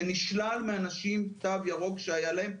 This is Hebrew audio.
שנשלל מאנשים תו ירוק שהיה להם,